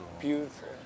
beautiful